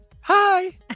hi